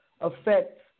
affects